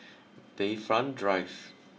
Bayfront Drive